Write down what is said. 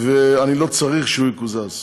ואני לא צריך שהוא יקוזז,